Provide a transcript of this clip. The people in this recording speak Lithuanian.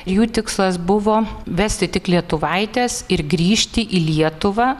jų tikslas buvo vesti tik lietuvaites ir grįžti į lietuvą